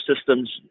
systems